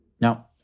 Now